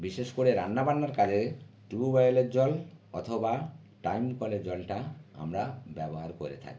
বিশেষ করে রান্না বান্নার কাজে টিউবঅয়েলের জল অথবা টাইম কলের জলটা আমরা ব্যবহার করে থাকি